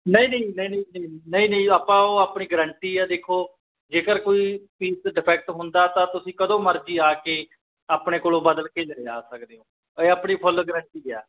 ਨਹੀਂ ਨਹੀਂ ਨਹੀਂ ਨਹੀਂ ਨਹੀਂ ਨਹੀਂ ਨਹੀਂ ਆਪਾਂ ਉਹ ਆਪਣੀ ਗਰੰਟੀ ਆ ਦੇਖੋ ਜੇਕਰ ਕੋਈ ਪੀਸ ਡਿਫੈਕਟ ਹੁੰਦਾ ਤਾਂ ਤੁਸੀਂ ਕਦੋਂ ਮਰਜ਼ੀ ਆ ਕੇ ਆਪਣੇ ਕੋਲੋਂ ਬਦਲ ਕੇ ਲਿਜਾ ਸਕਦੇ ਹੋ ਆਪਣੀ ਫੁੱਲ ਗਰੰਟੀ ਆ